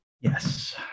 Yes